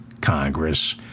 Congress